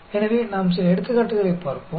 எனவே நாம் சில எடுத்துக்காட்டுகளைப் பார்ப்போம்